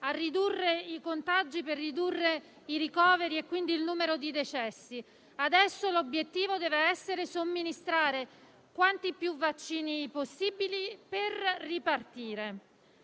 a ridurre il contagio, per ridurre i ricoveri e quindi il numero di decessi, e adesso l'obiettivo dev'essere somministrare quanti più vaccini possibile, per ripartire.